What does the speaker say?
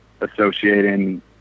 associating